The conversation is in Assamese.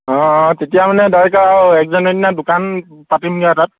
অঁ অঁ তেতিয়া মানে ডাৰেক্ট আৰু এক জানুৱাৰী দিনা দোকান পাতিমগৈ আৰু তাত